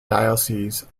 diocese